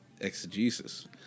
exegesis